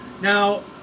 Now